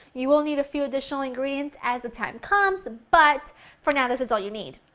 you will need a few additional ingredients as the time comes, but for now this is all you need.